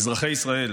אזרחי ישראל,